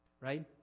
right